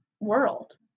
world